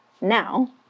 now